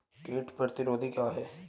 कीट प्रतिरोधी क्या है?